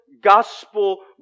gospel